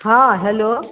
हाँ हैलो